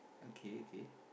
okay okay